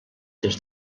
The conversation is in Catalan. des